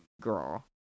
girl